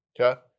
Okay